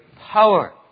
power